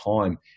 time